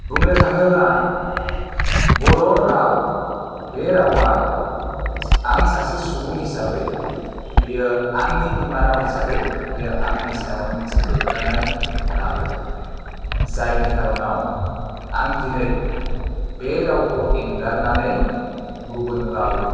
बुंनो थाङोब्ला बर' राव बे रावा आं सासे सुबुं हिसाबै बेयो आंनि बिमा राव हिसाबै बेयो आंनि सायावहाय मोनसे गोग्गानाय लाबोदों जायनि खार'नाव आं दिनै बे रावखौ एंगारनानै गुबुन राव